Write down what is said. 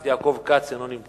חבר הכנסת יעקב כץ, אינו נמצא.